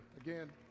Again